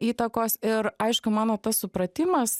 įtakos ir aišku mano tas supratimas